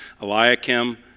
Eliakim